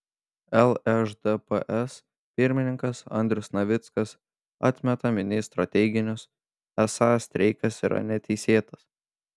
lšdps pirmininkas andrius navickas atmeta ministro teiginius esą streikas yra neteisėtas